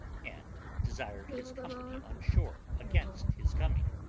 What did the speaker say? and desired his company on shore against his coming,